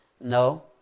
no